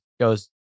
goes